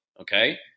Okay